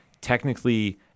technically